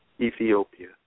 Ethiopia